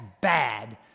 bad